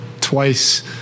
twice